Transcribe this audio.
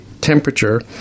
temperature